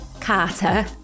Carter